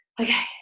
Okay